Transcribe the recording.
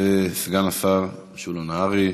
סגן השר משולם נהרי,